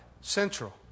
central